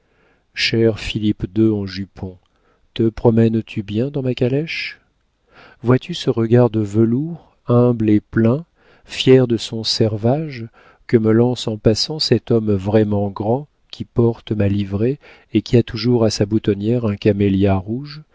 chère philippe ii en jupon te promènes tu bien dans ma calèche vois-tu ce regard de velours humble et plein fier de son servage que me lance en passant cet homme vraiment grand qui porte ma livrée et qui a toujours à sa boutonnière un camélia rouge